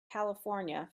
california